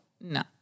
No